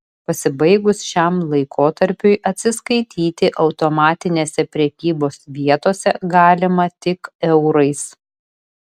pasibaigus šiam laikotarpiui atsiskaityti automatinėse prekybos vietose galima tik eurais